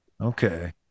Okay